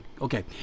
okay